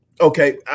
Okay